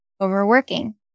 overworking